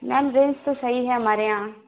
ma'am range तो सही है हमारे यहाँ